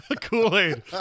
kool-aid